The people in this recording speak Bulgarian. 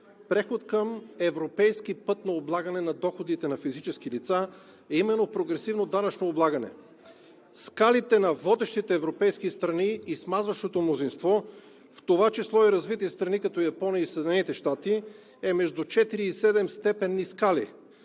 преход към европейски път на облагане на доходите на физическите лица, а именно прогресивно данъчно облагане. Скалите на водещите европейски страни и смазващото мнозинство, в това число и развити страни като Япония и Съединените щати, е между четири- и седемстепенни скали.